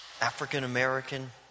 African-American